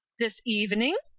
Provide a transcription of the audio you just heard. this evening?